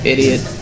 Idiot